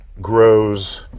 grows